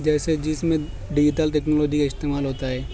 جیسے جس میں ڈیجیٹل ٹکنالوجی کا استعمال ہوتا ہے